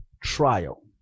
trial